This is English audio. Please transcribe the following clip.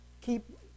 Keep